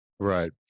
Right